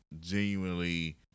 genuinely